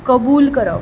कबूल करप